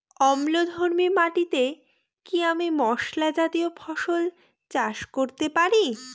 অম্লধর্মী মাটিতে কি আমি মশলা জাতীয় ফসল চাষ করতে পারি?